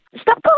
Stop